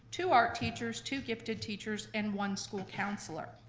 two art teachers, two gifted teachers, and one school counselor.